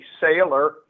sailor